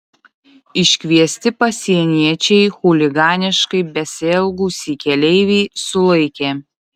iškviesti pasieniečiai chuliganiškai besielgusį keleivį sulaikė